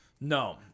No